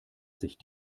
sich